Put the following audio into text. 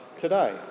today